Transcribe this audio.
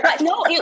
No